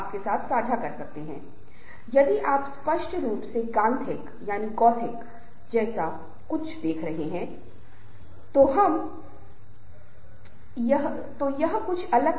समूह में लोग संगठित होते हैं एक ही समूह के सदस्यों के रूप में एक दूसरे के बारे में जागरूकता रखते हैं और आपस में संवाद करते हैं